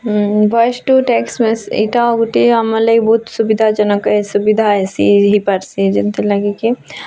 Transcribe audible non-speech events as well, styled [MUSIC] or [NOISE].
ହୁଁ voice to text [UNINTELLIGIBLE] ଏଇଟା ଗୋଟିଏ ଆମର୍ ଲାଗି ବହୁତ ସୁବିଧା ଜନକ ଏ ସୁବିଧା ହେସିଁ ହେଇପାର୍ସି ଯେନ୍ତି ଲାଗିକି